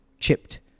Chipped